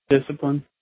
discipline